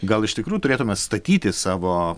gal iš tikrųjų turėtume statyti savo